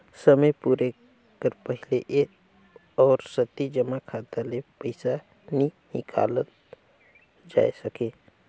समे पुरे कर पहिले ए आवरती जमा खाता ले पइसा नी हिंकालल जाए सके